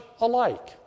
alike